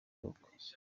y’ubukwe